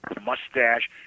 mustache